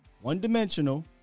one-dimensional